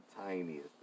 tiniest